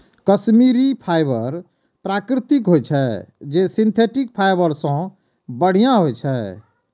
Kashmiri fibre प्राकृतिक होइ छै, जे सिंथेटिक फाइबर सं बढ़िया होइ छै